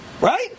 right